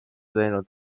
teinud